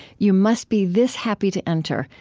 you must be this happy to enter,